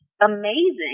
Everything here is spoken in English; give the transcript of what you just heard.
amazing